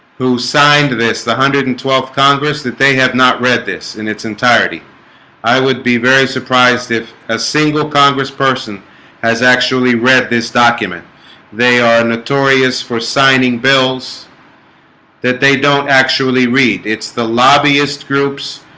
who signed this the hundred and twelfth congress that they have not read this in its entirety i would be very surprised if a single congress person has actually read this document they are notorious for signing bills that they don't actually read it's the lobbyist groups